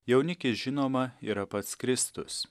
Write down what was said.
jaunikis žinoma yra pats kristus